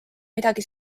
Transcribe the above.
midagi